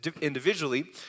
individually